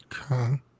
Okay